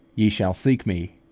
ye shall seek me,